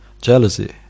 jealousy